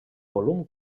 volum